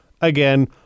Again